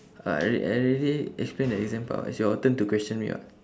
I alrea~ already explain the exam part [what] it's your turn to question me [what]